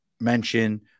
mention